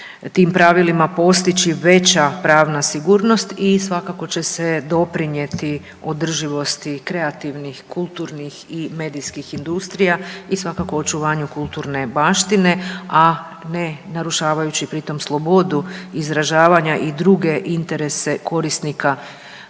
tim pravilima postići veća pravna sigurnost i svakako će se doprinijeti održivosti kreativnih, kulturnih i medijskih industrija i svakako očuvanju kulturne baštine, a ne narušavajući pritom slobodu izražavanja i druge interese korisnika